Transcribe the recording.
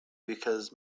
because